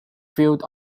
field